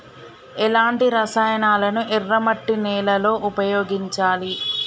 ఎలాంటి రసాయనాలను ఎర్ర మట్టి నేల లో ఉపయోగించాలి?